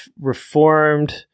reformed